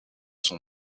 son